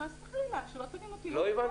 חס וחלילה, שלא תבין אותי לא נכון.